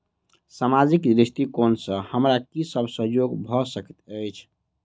सामाजिक दृष्टिकोण सँ हमरा की सब सहयोग भऽ सकैत अछि?